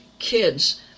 kids